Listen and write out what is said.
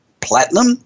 platinum